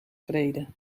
vrede